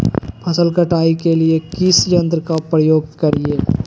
फसल कटाई के लिए किस यंत्र का प्रयोग करिये?